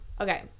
Okay